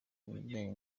ibijyanye